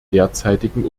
derzeitigen